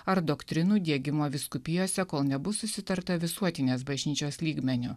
ar doktrinų diegimo vyskupijose kol nebus susitarta visuotinės bažnyčios lygmeniu